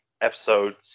episode